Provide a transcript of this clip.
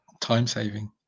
time-saving